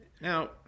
Now